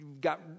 got